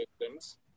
systems